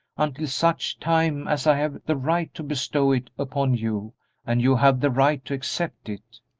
until such time as i have the right to bestow it upon you and you have the right to accept it.